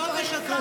לא לצעוק,